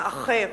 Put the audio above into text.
האחר,